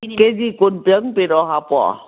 ꯀꯦ ꯖꯤ ꯀꯨꯟ ꯍꯥꯄꯛꯑꯣ